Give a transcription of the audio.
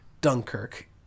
Dunkirk